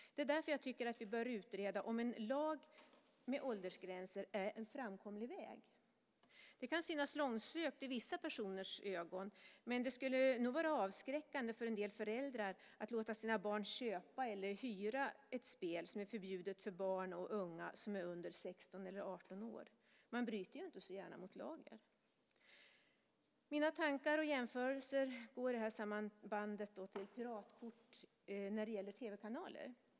Det är därför som jag tycker att vi bör utreda om en lag med åldergränser är en framkomlig väg. Det kan synas långsökt i vissa personers ögon. Men det skulle nog vara avskräckande för en del föräldrar att låta sina barn köpa eller hyra ett spel som är förbjudet för barn och unga som är under 16 eller 18 år. Man bryter ju inte så gärna mot lagen. Mina tankar och jämförelser går i samband med detta till piratkort när det gäller tv-kanaler.